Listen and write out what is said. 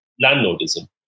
landlordism